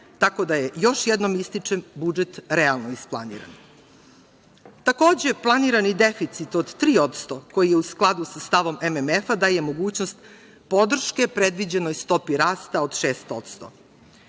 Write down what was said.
tako da je, još jednom ističem, budžet realno isplaniran. Takođe, planirani deficit od 3%, koji je u skladu sa stavom MMF-a, daje mogućnost podrške predviđenoj stopi rasta od 6%.I